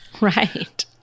Right